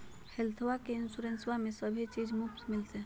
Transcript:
हेल्थबा के इंसोरेंसबा में सभे चीज मुफ्त मिलते?